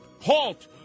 halt